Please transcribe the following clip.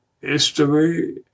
history